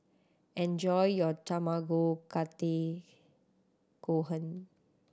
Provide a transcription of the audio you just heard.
enjoy your Tamago Kake Gohan